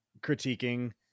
critiquing